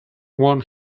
one